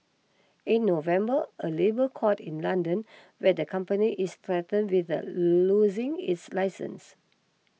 in November a labour court in London where the company is threatened with the losing its license